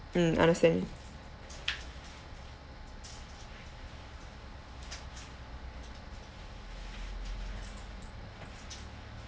mm understand